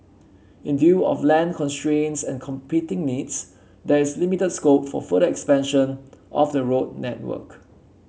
in view of land constraints and competing needs there is limited scope for further expansion of the road network